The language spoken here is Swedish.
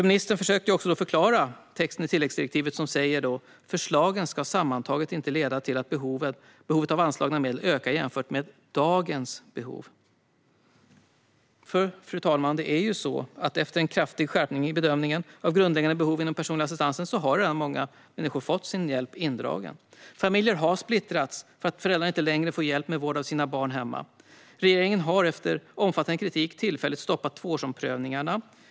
Ministern försökte förklara den text i tilläggsdirektivet som säger: "Förslagen ska sammantaget inte leda till att behovet av anslagna medel ökar jämfört med dagens nivå." Men efter en kraftig skärpning i bedömningen av grundläggande behov inom den personliga assistansen har ju redan många människor fått sin hjälp indragen, fru talman. Familjer har splittrats för att föräldrarna inte längre får hjälp med vård av sina barn hemma. Regeringen har efter omfattande kritik tillfälligt stoppat tvåårsomprövningarna.